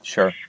Sure